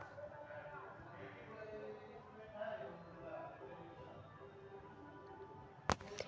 अंतरराष्ट्रीय मुद्रा कोष के उद्देश्य आर्थिक स्थिरता के सुनिश्चित करनाइ हइ